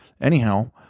anyhow